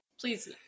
Please